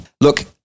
Look